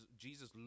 Jesus